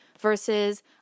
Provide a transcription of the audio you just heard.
versus